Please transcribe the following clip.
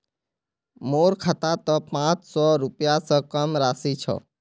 मोर खातात त पांच सौ रुपए स कम राशि छ